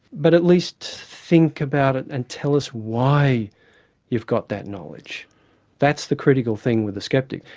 but at least think about it and tell us why you've got that knowledge that's the critical thing with the sceptic.